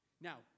Now